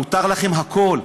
מותר לכם הכול.